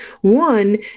One